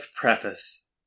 preface